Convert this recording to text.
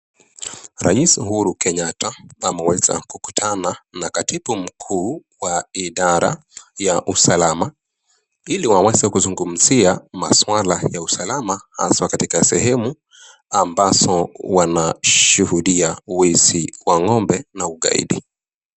Rais Uhuru Kenyatta ameweza kukutana na katibu mkuu wa idara ya usalama ili waweze kuzungumzia maswala ya usalama haswa katika sehemu ambazo wanashuhudia wizi wa ng'ombe na ugaidi.